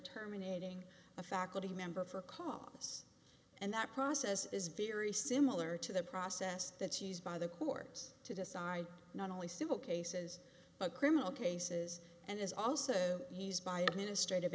terminating a faculty member for a cause and that process is very similar to the process that's used by the courts to decide not only civil cases but criminal cases and is also used by administrative